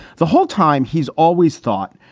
the whole time, he's always thought,